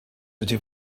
ydy